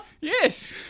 Yes